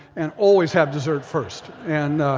and always have dessert first. and